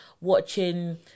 watching